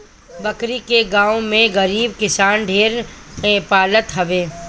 बकरी के गांव में गरीब किसान ढेर पालत हवे